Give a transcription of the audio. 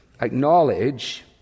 acknowledge